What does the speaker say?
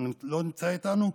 הוא לא נמצא איתנו,